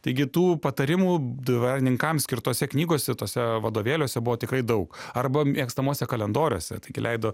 taigi tų patarimų dvarininkams skirtose knygose tuose vadovėliuose buvo tikrai daug arba mėgstamuose kalendoriuose taigi leido